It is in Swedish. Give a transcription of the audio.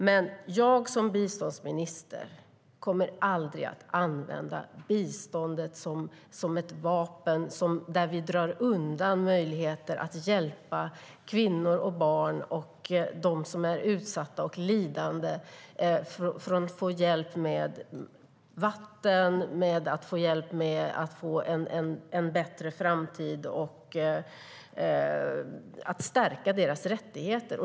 Men jag som biståndsminister kommer aldrig att använda biståndet som ett vapen där vi drar undan möjligheter att hjälpa kvinnor, barn och dem som är utsatta och lidande. Det handlar om att de får hjälp med vatten, att ge dem en bättre framtid och att stärka deras rättigheter.